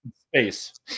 Space